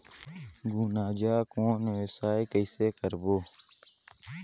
गुनजा कौन व्यवसाय कइसे करबो?